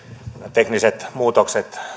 tekniset muutokset